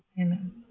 Amen